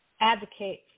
advocate